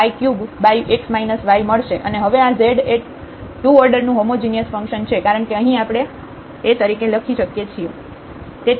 અને હવે આ z એ 2 ઓર્ડર નું હોમોજિનિયસ ફંક્શન છે કારણ કે અહીં આપણે તરીકે લખી શકીએ છીએ